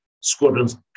Squadrons